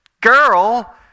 girl